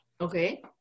Okay